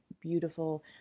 beautiful